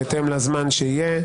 בהתאם לזמן שיהיה.